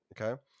Okay